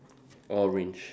orange